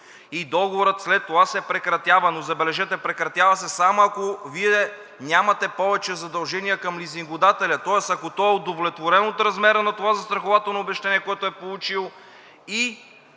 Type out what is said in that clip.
и договорът след това се прекратява, но забележете – прекратява се само, ако Вие нямате повече задължения към лизингодателя. Тоест, ако той е удовлетворен от размера на това застрахователно обезщетение, което е получил